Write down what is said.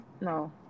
no